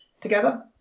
together